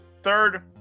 third